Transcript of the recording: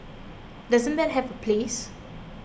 doesn't that have a place